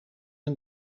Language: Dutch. een